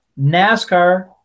NASCAR